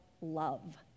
love